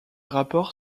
rapports